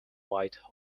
white